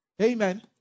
amen